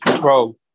bro